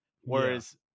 Whereas